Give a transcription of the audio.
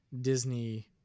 Disney